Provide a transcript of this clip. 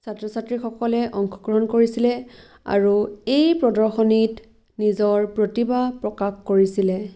ছাত্ৰ ছাত্ৰীসকলে অংশগ্ৰহণ কৰিছিলে আৰু এই প্ৰদৰ্শনীত নিজৰ প্ৰতিভা প্ৰকাশ কৰিছিলে